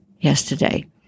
yesterday